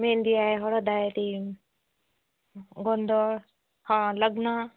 मेहेंदी आहे हळद आहे ते गोंधळ हं लग्न